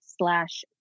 slash